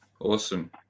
Awesome